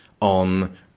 on